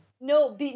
No